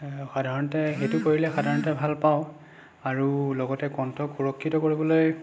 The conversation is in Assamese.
সাধাৰণতে সেইটো কৰিলে ভাল পাওঁ আৰু লগতে কণ্ঠক সুৰক্ষিত কৰিবলৈ